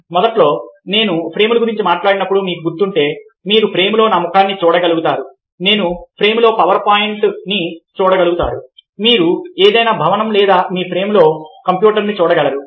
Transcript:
మొదట్లో నేను ఫ్రేమ్ల గురించి మాట్లాడినట్లు మీకు గుర్తుంటే మీరు ఫ్రేమ్లో నా ముఖాన్ని చూడగలుగుతారు మీరు ఫ్రేమ్లో పవర్ పాయింట్ని చూడగలుగుతారు మీరు ఏదైనా భవనం లేదా మీ ఫ్రేమ్లో కంప్యూటర్ను చూడగలరు